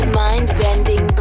mind-bending